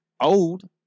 Old